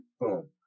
Boom